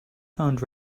found